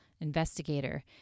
investigator